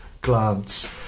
glance